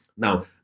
Now